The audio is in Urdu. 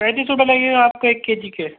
پینتیس روپئے لگے گا آپ کو ایک کے جی کے